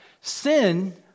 sin